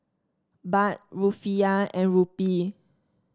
Baht Rufiyaa and Rupee